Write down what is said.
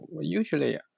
usually